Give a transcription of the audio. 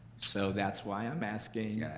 so that's why i'm asking.